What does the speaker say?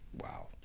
wow